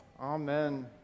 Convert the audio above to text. Amen